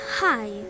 Hi